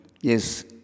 Yes